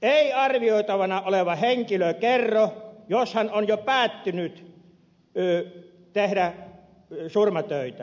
ei arvioitavana oleva henkilö kerro jos hän on jo päättänyt tehdä surmatöitä saatuaan aseen